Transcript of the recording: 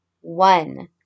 one